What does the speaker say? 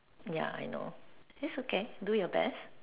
ya I know it's okay do your best